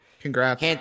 Congrats